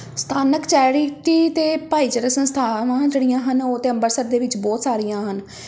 ਸਥਾਨਕ ਚੈਰਿਟੀ ਅਤੇ ਭਾਈਚਾਰਕ ਸੰਸਥਾਵਾਂ ਜਿਹੜੀਆਂ ਹਨ ਉਹ ਤਾਂ ਅੰਬਰਸਰ ਦੇ ਵਿੱਚ ਬਹੁਤ ਸਾਰੀਆਂ ਹਨ